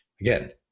Again